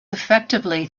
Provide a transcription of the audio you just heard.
effectively